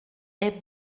est